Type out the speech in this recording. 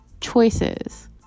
Choices